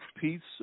pizza